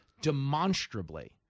demonstrably